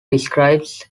describes